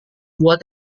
buah